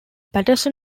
paterson